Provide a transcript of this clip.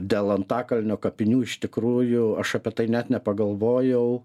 dėl antakalnio kapinių iš tikrųjų aš apie tai net nepagalvojau